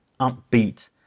upbeat